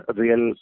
real